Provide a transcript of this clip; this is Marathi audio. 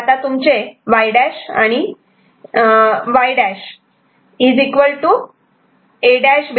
तर आता तुमचे Y' आणि Y' A'B'C'D'